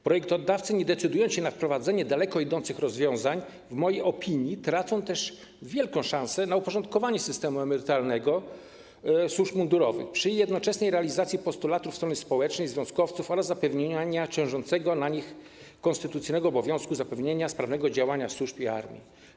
Projektodawcy, nie decydując się na wprowadzenie daleko idących rozwiązań, tracą też, w mojej opinii, wielką szansę na uporządkowanie systemu emerytalnego służb mundurowych przy jednoczesnej realizacji postulatów strony społecznej, związkowców oraz realizacji ciążącego na nich konstytucyjnego obowiązku zapewnienia sprawnego działania służb i armii.